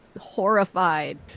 horrified